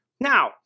Now